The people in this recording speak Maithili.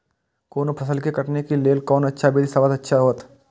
कोनो फसल के कटनी के लेल कोन अच्छा विधि सबसँ अच्छा होयत?